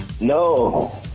No